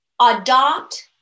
adopt